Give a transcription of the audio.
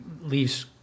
leaves